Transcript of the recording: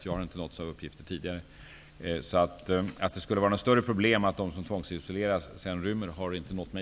Jag har inte tidigare nåtts av några sådana uppgifter. Att det skulle vara något större problem med att de tvångsisolerade rymmer har inte nått mig.